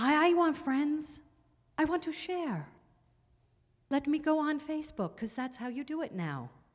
want friends i want to share let me go on facebook because that's how you do it now